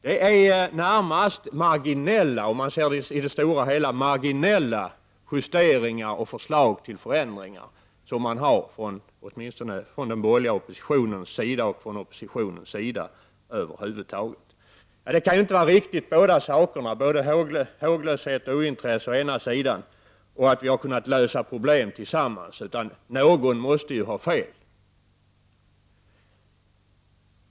Det är i det stora hela närmast marginella justeringar och förslag till förändringar som har framförts från den borgerliga oppositionens sida, från oppositionen över huvud taget. Då kan det inte vara riktigt med båda dessa saker: Håglöshet och det faktum att vi har kunnat lösa problem tillsammans. Någon måste ha fel.